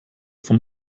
vom